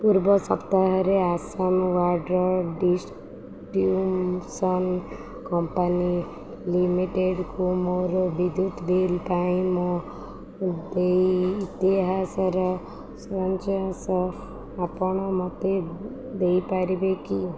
ପୂର୍ବ ସପ୍ତାହରେ ଆସାମ ୱାର୍ଡ଼ର ଡିଷ୍ଟ୍ରିବ୍ୟୁସନ୍ କମ୍ପାନୀ ଲିମିଟେଡ଼୍କୁ ମୋର ବିଦ୍ୟୁତ ବିଲ୍ ପାଇଁ ମୋ ଦେଇ ଇତିହାସର ସାରାଂଶ ଆପଣ ମୋତେ ଦେଇପାରିବେ କି